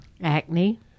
Acne